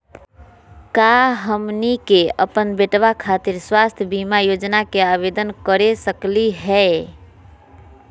का हमनी के अपन बेटवा खातिर स्वास्थ्य बीमा योजना के आवेदन करे सकली हे?